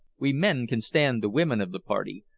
we men can stand the women of the party,